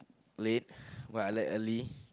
late but I like early